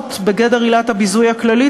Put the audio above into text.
כלולות בגדר עילת הביזוי הכללית,